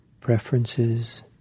preferences